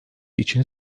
için